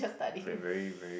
wait very very